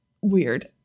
weird